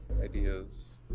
Ideas